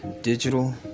digital